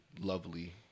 lovely